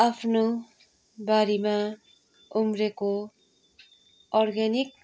आफ्नो बारीमा उम्रेको अर्ग्यानिक